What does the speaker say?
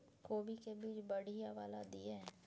कोबी के बीज बढ़ीया वाला दिय?